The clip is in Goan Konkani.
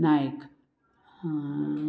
नायक